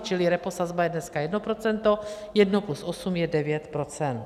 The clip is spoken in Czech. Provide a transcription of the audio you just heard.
Čili repo sazba je dneska jedno procento, jedno plus osm je devět procent.